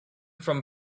from